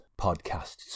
podcasts